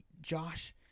Josh